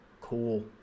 cool